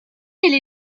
nommez